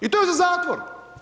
I to je za zatvor.